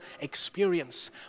experience